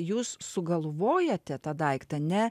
jūs sugalvojate tą daiktą ne